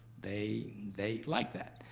they they like that.